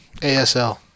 ASL